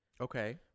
Okay